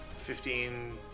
Fifteen